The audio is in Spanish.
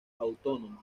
autónomas